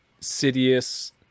Sidious